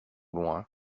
loin